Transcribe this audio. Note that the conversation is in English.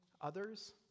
others